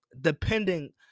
depending